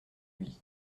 lui